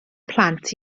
plant